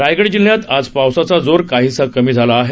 रायगड जिल्ह्यात आज पावसाचा जोर काहीसा कमी झाला आहे